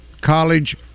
College